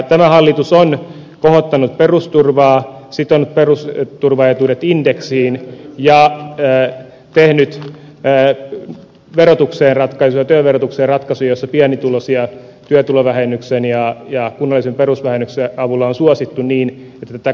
tämä hallitus on kohottanut perusturvaa sitonut perusturvaetuudet indeksiin ja tehnyt työn verotukseen ratkaisuja joissa pienituloisia työtulovähennyksen ja kunnallisen perusvähennyksen avulla on suosittu niin että tätä kompensaatiota on tehty